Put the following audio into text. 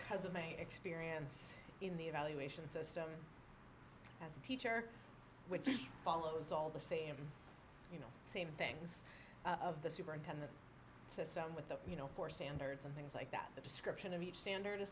because of my experience in the evaluation system as a teacher which follows all the same you know same things of the superintendent system with the you know for standards and things like that the description of each standard